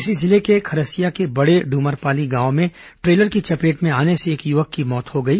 इसी जिले के खरसिया के बड़े डूमरपाली गांव में ट्रेलर की चपेट में आने से एक युवक की मौत हो गई